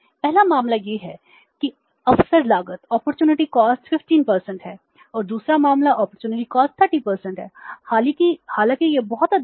पहला मामला यह है कि अवसर लागत 15 है और दूसरा मामला अपॉर्चुनिटी कॉस्ट 30 है हालांकि यह बहुत अधिक है